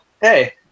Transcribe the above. hey